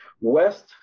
West